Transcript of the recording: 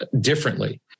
differently